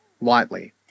lightly